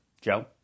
Joe